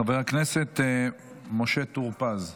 חבר הכנסת משה טור פז.